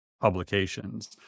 publications